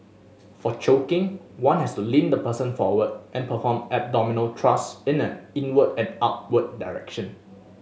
for choking one has to lean the person forward and perform abdominal thrust in an inward and upward direction